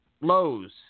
Lowe's